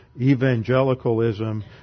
evangelicalism